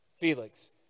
Felix